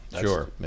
Sure